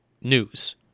news